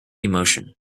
emotion